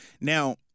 Now